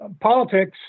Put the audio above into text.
politics